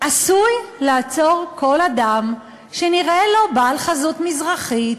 עשוי לעצור כל אדם שנראה לו בעל חזות מזרחית,